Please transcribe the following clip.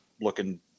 looking